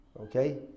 okay